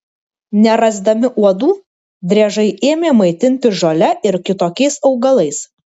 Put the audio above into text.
nerasdami uodų driežai ėmė maitintis žole ir kitokiais augalais